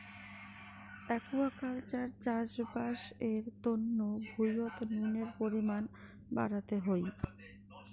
aquaculture চাষবাস এর তন্ন ভুঁইতে নুনের পরিমান বাড়াতে হই